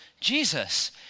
jesus